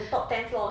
the top ten floors